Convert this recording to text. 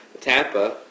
Tampa